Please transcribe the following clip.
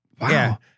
Wow